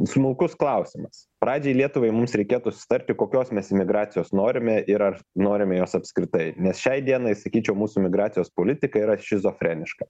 smulkus klausimas pradžiai lietuvai mums reikėtų susitarti kokios mes imigracijos norime ir ar norime jos apskritai nes šiai dienai sakyčiau mūsų migracijos politika yra šizofreniška